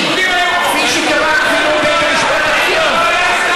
כפי שקבע אפילו בית המשפט העליון,